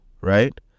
right